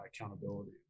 accountability